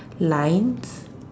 lines